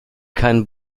keinen